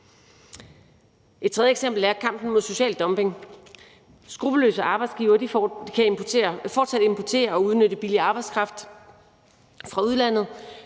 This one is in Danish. Et tredje eksempel er kampen mod social dumping. Skruppelløse arbejdsgivere kan fortsat importere og udnytte billig arbejdskraft fra udlandet,